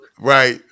Right